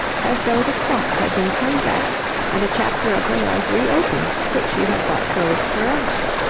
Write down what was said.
as though the clock had been turned back and a chapter of her life reopened which she had thought closed for ever.